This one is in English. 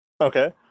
Okay